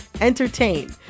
entertain